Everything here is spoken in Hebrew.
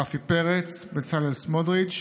רפי פרץ, בצלאל סמוטריץ',